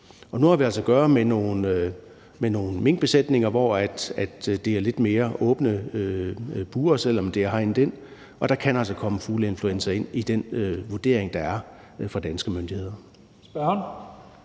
Nu har vi altså at gøre med nogle minkbesætninger, hvor det er lidt mere åbne bure, selv om området er hegnet ind, og der kan altså komme fugleinfluenza ind ifølge den vurdering, der er fra danske myndigheder.